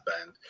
band